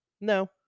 No